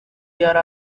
yari